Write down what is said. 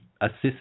assist